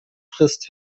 frisst